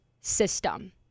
system